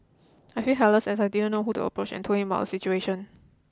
I feel helpless as I didn't know who to approach and told him about the situation